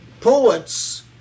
Poets